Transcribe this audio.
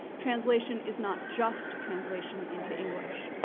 translation is not just translation into english.